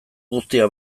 guztiak